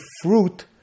fruit